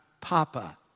Papa